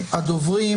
הדוברים.